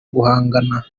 guhangana